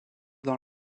dans